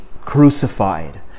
crucified